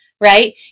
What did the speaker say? right